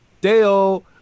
Dale